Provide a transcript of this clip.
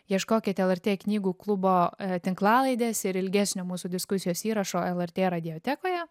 ieškokit lrt knygų klubo tinklalaidės ir ilgesnio mūsų diskusijos įrašo lrt radiotekoje